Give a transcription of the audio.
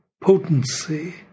potency